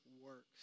works